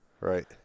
right